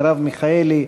מרב מיכאלי,